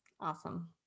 Awesome